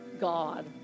God